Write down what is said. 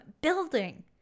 building